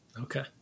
Okay